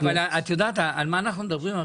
את יודעת על מה אנחנו מדברים?